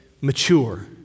mature